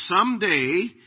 someday